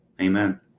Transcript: Amen